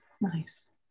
nice